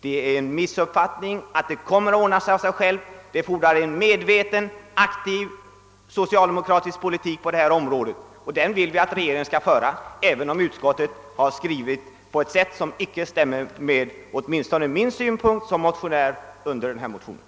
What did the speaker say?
Detta är en missuppfattning ty det fordras en medveten aktiv socialdemokratisk politik på det här området, och den vill vi att regeringen skall föra även om utskottet har skrivit på ett sätt som åtminstone inte överensstämmer med mina synpunkter i motionen.